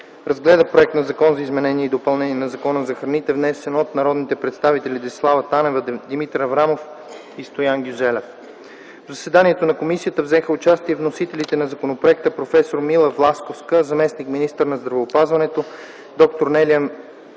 разгледа Законопроекта за изменение и допълнение на Закона за храните, внесен от народните представители Десислава Танева, Димитър Аврамов и Стоян Гюзелев. В заседанието на комисията взеха участие вносителите на законопроекта: проф. Мила Власковска – заместник-министър на здравеопазването, д-р Нелия Микушинска